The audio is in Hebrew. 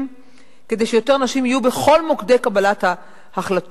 כדי שיותר נשים יהיו בכל מוקדי קבלת ההחלטות.